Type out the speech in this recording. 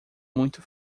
muito